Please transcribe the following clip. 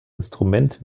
instrument